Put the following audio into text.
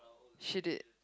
she did